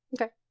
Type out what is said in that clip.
Okay